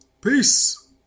Peace